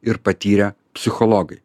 ir patyrę psichologai